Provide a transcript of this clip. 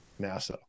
nasa